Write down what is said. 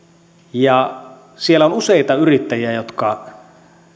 siellä on useita yrittäjiä jotka